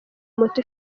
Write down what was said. moto